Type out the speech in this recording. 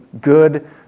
good